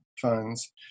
funds